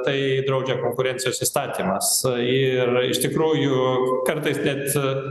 tai draudžia konkurencijos įstatymas ir iš tikrųjų kartais net